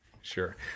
sure